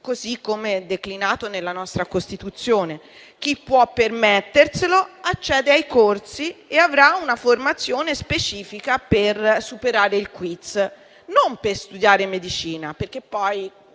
così come è declinato nella nostra Costituzione. Chi può permetterselo, accede ai corsi e avrà una formazione specifica per superare il *quiz*, non per studiare medicina (perché poi